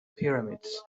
pyramids